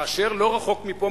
כאשר לא רחוק מפה,